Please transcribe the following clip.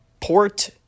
port